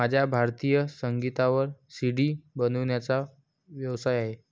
माझा भारतीय संगीतावर सी.डी बनवण्याचा व्यवसाय आहे